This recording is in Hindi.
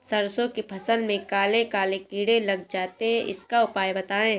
सरसो की फसल में काले काले कीड़े लग जाते इसका उपाय बताएं?